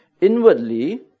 inwardly